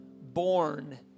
born